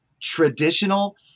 traditional